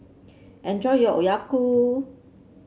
enjoy your Oyaku